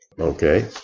Okay